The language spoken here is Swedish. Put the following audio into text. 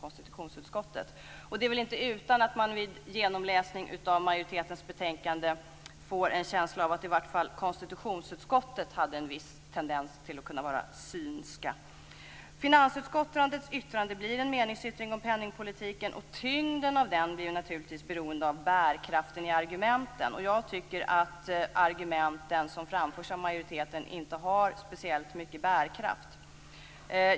Det är väl inte utan att man vid genomläsning av majoritetens betänkande får en känsla av att i vart fall konstitutionsutskottet hade en viss tendens att vara synska. Finansutskottets yttrande blir en meningsyttring om penningpolitiken, och tyngden av den blir naturligtvis beroende av bärkraften i argumenten. Jag tycker att de argument som framförs av majoriteten inte har speciellt mycket bärkraft.